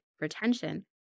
retention